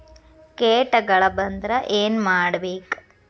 ಕೇಟಗಳ ಬಂದ್ರ ಏನ್ ಮಾಡ್ಬೇಕ್?